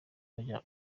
bajya